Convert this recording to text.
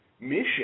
mission